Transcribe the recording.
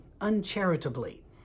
uncharitably